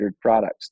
products